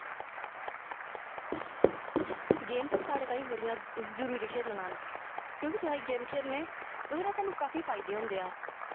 games साढ़े तांई बड़ी जरूर खेलना न क्येंकि जिसलै गेम खेलने ओह्दे नै स्हानू काफी फायदे होंदे ऐं